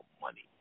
money